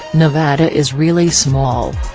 nevada is really small.